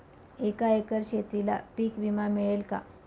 एका एकर शेतीला पीक विमा मिळेल का?